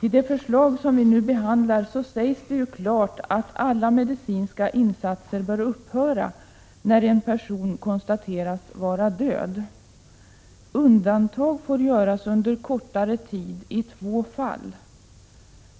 I det förslag som vi nu behandlar sägs klart att alla medicinska insatser bör upphöra när en person konstateras vara död. Undantag får göras under kortare tid i två fall: